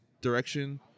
direction